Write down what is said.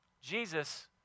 Jesus